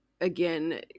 again